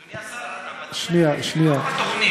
אדוני השר, שנייה, שנייה.